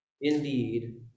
indeed